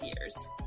years